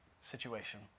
situation